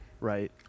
Right